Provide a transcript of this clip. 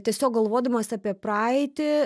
tiesiog galvodamas apie praeitį